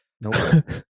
Nope